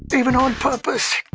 even on purpose.